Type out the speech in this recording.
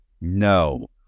No